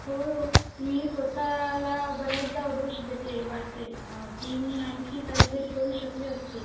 हो हो मी स्वत ला बऱ्याचदा दोष देते वाटते की मी आणखी काही तरी करू शकले असते